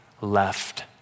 left